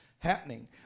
happening